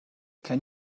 can